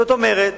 זאת אומרת,